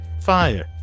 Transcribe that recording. Fire